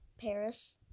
Paris